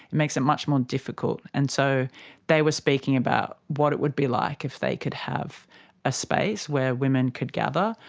it makes it much more difficult. and so they were speaking about what it would be like if they could have a space where women could gather,